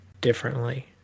differently